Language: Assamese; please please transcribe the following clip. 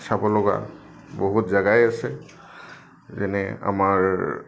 চাব লগা বহুত জেগাই আছে যেনে আমাৰ